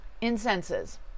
Incenses